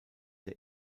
der